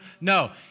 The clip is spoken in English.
No